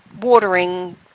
watering